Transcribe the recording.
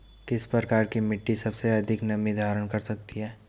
किस प्रकार की मिट्टी सबसे अधिक नमी धारण कर सकती है?